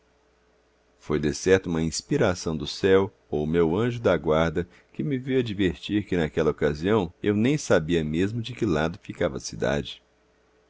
helesponto foi decerto uma inspiração do céu ou o meu anjo da guarda que me veio advertir que naquela ocasião eu nem sabia mesmo de que lado ficava a cidade